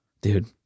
Dude